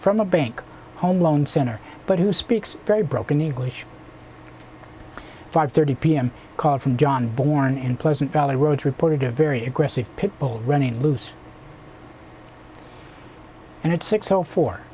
from a bank home loan center but who speaks very broken english five thirty p m call from dawn born in pleasant valley road reported a very aggressive pit bull running loose and at six o four